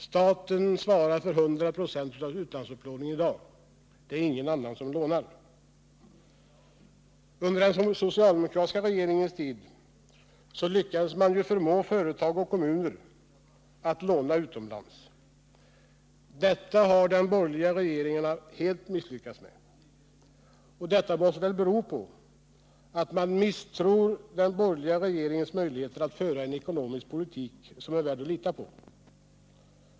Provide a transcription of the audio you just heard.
Staten svarar för 100 96 av utlandsupplåningen i dag. Det är ingen annan som lånar. Under den socialdemokratiska regeringens tid lyckades man förmå företag och kommuner att låna utomlands. Detta har den borgerliga regeringen helt misslyckats med. Detta måste bero på att företagen och kommunerna Nr U:6 misstror den borgerliga regeringens möjlighet att föra en ekonomisk politik som är värd att lita på.